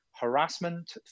harassment